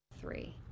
three